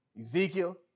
Ezekiel